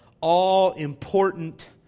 all-important